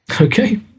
Okay